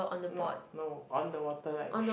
not no on the water like